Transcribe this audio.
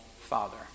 Father